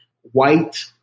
white